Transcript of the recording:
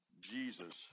Jesus